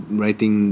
writing